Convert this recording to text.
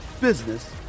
business